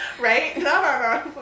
Right